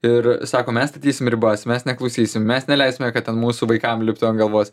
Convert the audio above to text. ir sako mes statysim ribas mes neklausysim mes neleisime kad ten mūsų vaikam liptų ant galvos